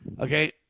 Okay